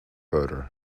odor